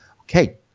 Okay